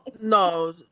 no